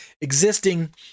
existing